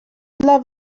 dla